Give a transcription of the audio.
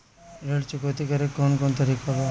ऋण चुकौती करेके कौन कोन तरीका बा?